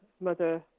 mother